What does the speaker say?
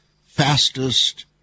fastest